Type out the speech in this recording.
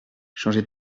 changer